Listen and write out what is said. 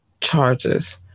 charges